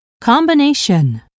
Combination